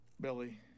billy